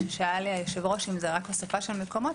כששאל היושב-ראש אם זאת רק הוספה של מקומות,